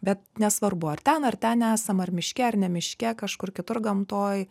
bet nesvarbu ar ten ar ten esam ar miške ar ne miške kažkur kitur gamtoj